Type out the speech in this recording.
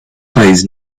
país